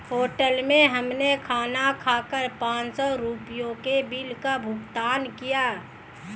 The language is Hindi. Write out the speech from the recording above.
होटल में हमने खाना खाकर पाँच सौ रुपयों के बिल का भुगतान करा